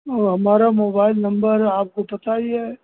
और हमारा mobile number आपको पता ही है